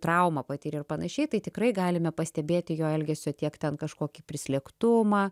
traumą patyrė ir panašiai tai tikrai galime pastebėti jo elgesio tiek ten kažkokį prislėgtumą